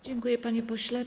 Dziękuję, panie pośle.